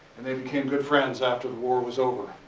and they became good friends after the war was over.